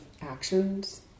actions